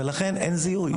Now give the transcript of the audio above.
ולכן אין זיהוי.